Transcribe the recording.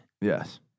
Yes